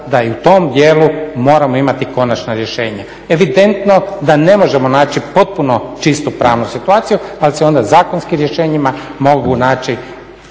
da i u tom dijelu moramo imati konačno rješenje. Evidentno da ne možemo naći potpuno čistu pravnu situaciju, ali se onda zakonskim rješenjima mogu naći